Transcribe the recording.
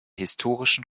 historischen